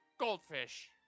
Goldfish